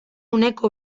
uneko